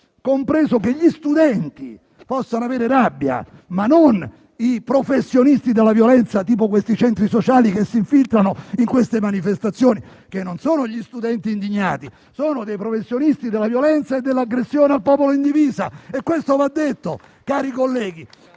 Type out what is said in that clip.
comprendiamo che gli studenti possano avere rabbia, ma non i professionisti della violenza, tipo quelli dei centri sociali che si infiltrano nelle manifestazioni; non sono gli studenti indignati ma professionisti della violenza e dell'aggressione al popolo in divisa. Questo va detto, colleghi,